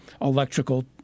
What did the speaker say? electrical